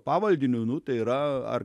pavaldiniu nu tai yra ar